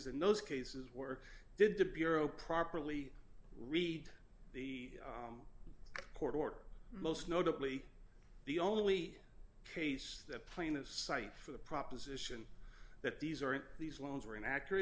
in those cases were did the bureau properly read the court or most notably the only case that playing this site for the proposition that these aren't these laws were an accurate